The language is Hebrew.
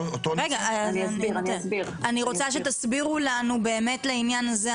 אני רוצה שתסבירו לנו באמת לעניין הזה,